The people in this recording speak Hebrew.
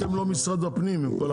אתם לא משרד הפנים.